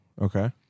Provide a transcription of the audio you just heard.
Okay